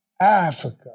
Africa